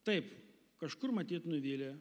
taip kažkur matyt nuvylė